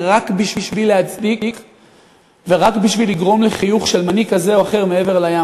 רק בשביל להצדיק ורק בשביל לגרום לחיוך של מנהיג כזה או אחר מעבר לים.